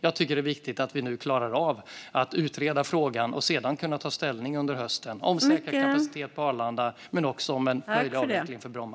Jag tycker att det är viktigt att vi nu klarar av att utreda frågan och sedan kan ta ställning under hösten gällande att säkra kapaciteten på Arlanda - men även gällande en möjlig avveckling av Bromma.